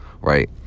Right